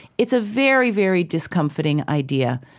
it's a very, very discomfiting idea.